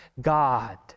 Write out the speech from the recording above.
God